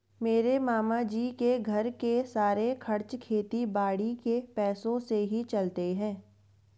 मेरे मामा जी के घर के सारे खर्चे खेती बाड़ी के पैसों से ही चलते हैं